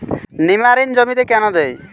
নিমারিন জমিতে কেন দেয়?